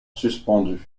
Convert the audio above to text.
suspendu